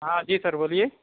ہاں جی سر بولیے